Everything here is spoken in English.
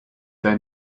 their